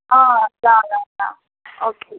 अँ ल ल ल ओके